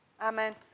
Amen